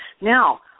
Now